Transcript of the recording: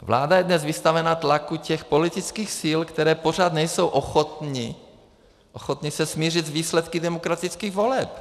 Vláda je dnes vystavena tlaku těch politických sil, které pořád nejsou ochotny se smířit s výsledky demokratických voleb.